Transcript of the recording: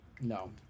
No